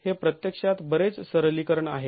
म्हणूनच हे प्रत्यक्षात बरेच सरलीकरण आहे